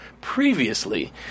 previously